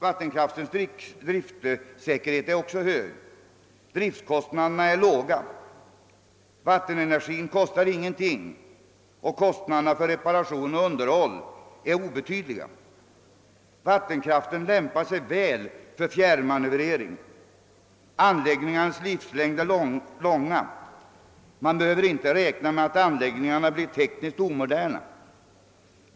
Vattenkraftens driftsäkerhet är också hög. Driftkostnaderna är låga, vattenenergin kostar ingenting och kostnaderna för reparation och underhåll är obetydliga. Vattenkraften lämpar sig väl för fjärrmanövrering. Anläggningarnas = livslängd är lång. Man behöver inte räkna med att anläggningarna blir tekniskt omoderna.